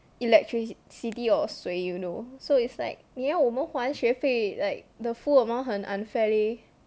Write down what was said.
electricity or 水 you know so it's like 你要我们还学费 like the full amount 很 unfair leh